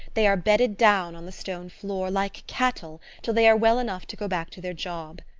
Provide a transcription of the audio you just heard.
they are bedded down on the stone floor like cattle till they are well enough to go back to their job.